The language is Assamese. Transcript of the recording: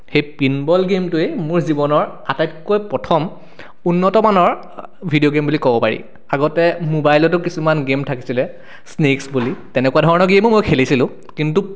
সেই পিন বল গেমটোৱে মোৰ জীৱনৰ আটাইতকৈ প্ৰথম উন্নত মানৰ ভিডিঅ' গেম বুলি ক'ব পাৰি আগতে মোবাইলতো কিছুমান গেম থাকিছিলে স্নেকছ বুলি তেনেকুৱা ধৰণৰ গেমো মই খেলিছিলো কিন্তু